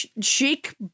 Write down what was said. chic